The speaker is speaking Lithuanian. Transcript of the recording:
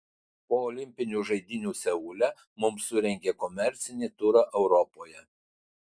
po olimpinių žaidynių seule mums surengė komercinį turą europoje